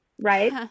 right